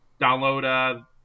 download